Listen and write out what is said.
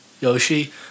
Yoshi